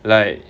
like